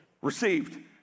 Received